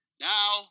Now